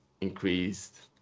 increased